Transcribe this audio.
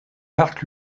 parc